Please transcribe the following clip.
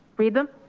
read them.